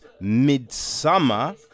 Midsummer